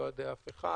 לא על ידי אף אחד,